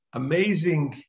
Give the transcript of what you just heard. amazing